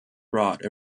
brought